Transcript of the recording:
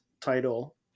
title